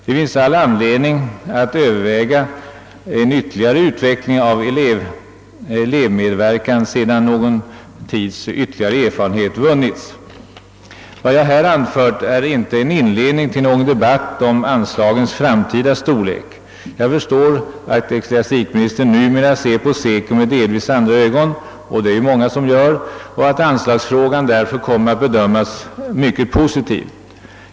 Det finns all anledning överväga en utvidgning av elevernas medverkan, sedan någon tids ytterligare erfarenhet vunnits. Vad jag nu anfört är ingen inledning till en debatt om anslagens storlek i framtiden. Jag förstår att ecklesiastikministern numera ser på SECO med delvis andra ögon — det är det ju många som gör —— och att anslagsfrågan därför kommer att bedömas mycket positivt.